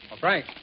Frank